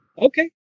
Okay